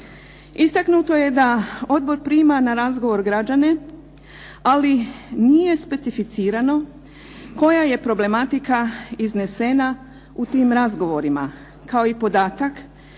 Istaknuto je da odbor prima na razgovor građane, ali nije specificirano koja je problematika iznesena u tim razgovorima, kao i podatak